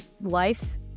life